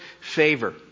favor